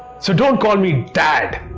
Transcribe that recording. so don't call me dad!